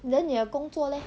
then 你的工作 leh